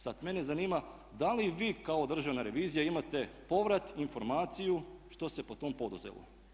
Sada mene zanima da li vi kao državna revizija imate povrat, informaciju što se pod tim poduzelo?